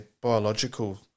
biological